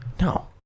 No